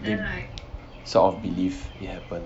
sort of believe it happen